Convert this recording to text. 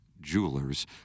Jewelers